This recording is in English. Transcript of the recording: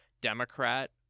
Democrat